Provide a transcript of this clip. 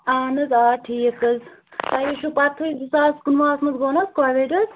اہن حظ آ ٹھیٖک حظ تۄہے چھو پَتہٕ ہٕے زٕساس کُنوُہَس منٛز گوٚو نہ حظ کووِڈ حظ